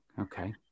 Okay